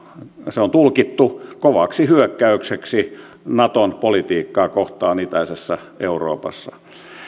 se on tulkittu kovaksi hyökkäykseksi naton politiikkaa kohtaan itäisessä euroopassa